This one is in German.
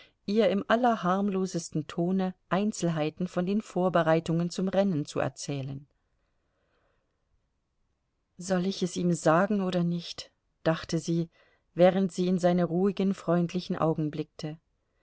ihr im allerharmlosesten tone einzelheiten von den vorbereitungen zum rennen zu erzählen soll ich es ihm sagen oder nicht dachte sie während sie in seine ruhigen freundlichen augen blickte